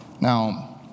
Now